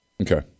Okay